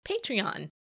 Patreon